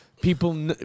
people